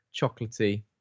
chocolatey